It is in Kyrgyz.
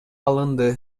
алынды